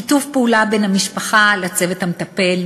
שיתוף פעולה בין המשפחה לצוות המטפל,